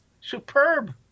Superb